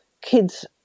kids